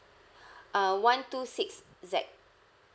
uh one two six Z